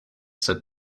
said